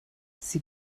sie